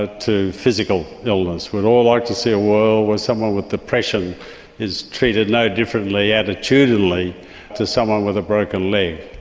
ah to physical illness, we'd all like to see a world where someone with depression is treated no differently attitudinally to someone with a broken leg.